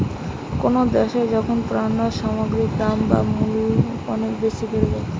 কোনো দ্যাশে যখন পণ্য সামগ্রীর দাম বা মূল্য অনেক বেশি বেড়ে যায়